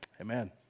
amen